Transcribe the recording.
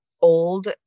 old